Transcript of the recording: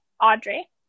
Audrey